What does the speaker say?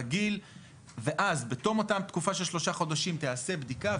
רגיל ואז בתום תקופה של שלושה חודשים תיעשה בדיקה,